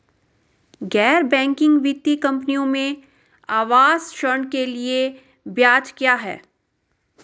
गैर बैंकिंग वित्तीय कंपनियों में आवास ऋण के लिए ब्याज क्या है?